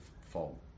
fall